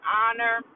honor